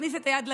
תשמע לי,